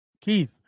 Keith